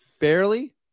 barely